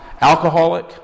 alcoholic